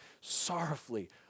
sorrowfully